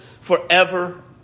forever